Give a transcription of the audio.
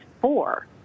four